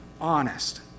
honest